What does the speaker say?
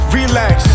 Relax